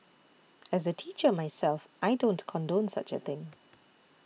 as a teacher myself I don't condone such a thing